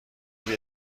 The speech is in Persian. بگی